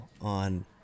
on